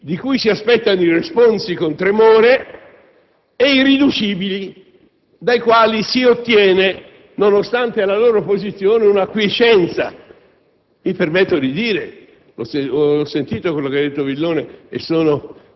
tale, divisa tra gli irriducibili, di cui si aspettano i responsi con tremore, ed i riducibili, dai quali si ottiene, nonostante la loro posizione, una acquiescenza.